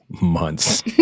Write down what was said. months